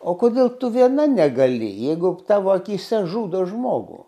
o kodėl tu viena negali jeigu tavo akyse žudo žmogų